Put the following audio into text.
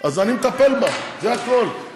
כשאני נכנסתי לכנסת